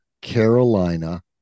carolina